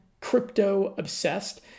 crypto-obsessed